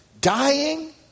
dying